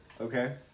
okay